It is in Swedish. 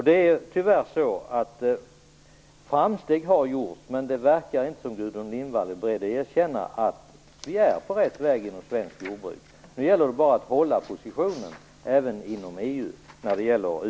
Det är tyvärr så att framsteg har gjorts, men det verkar inte som om Gudrun Lindvall är beredd att erkänna att vi är på rätt väg inom svenskt jordbruk. Nu gäller det bara att hålla positionen även inom EU.